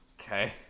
Okay